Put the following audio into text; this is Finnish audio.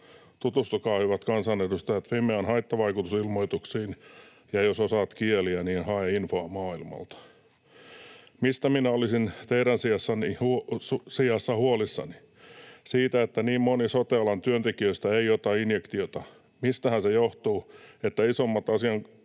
Tutustukaa, hyvät kansanedustajat, Fimean haittavaikutusilmoituksiin, ja jos osaat kieliä, niin hae infoa maailmalta. Mistä minä olisin teidän sijassa huolissani? Siitä, että niin moni sote-alan työntekijöistä ei ota injektiota. Mistähän se johtuu, että isommat